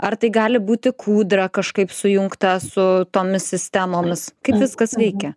ar tai gali būti kūdra kažkaip sujungta su tomis sistemomis kaip viskas veikia